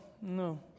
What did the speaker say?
no